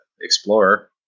Explorer